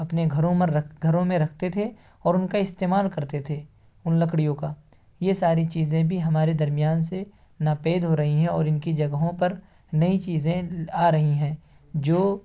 اپنے گھروں مین رکھ گھروں میں رکھتے تھے اور اس کا استعمال کرتے تھے ان لکڑیوں کا یہ ساری چیزیں بھی ہمارے درمیان سے ناپید ہو رہی ہیں اور ان کی جگہوں پر نئی چیزیں آ رہی ہیں جو